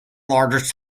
longest